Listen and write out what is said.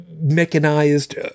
Mechanized